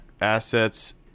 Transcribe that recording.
assets